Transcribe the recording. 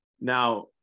now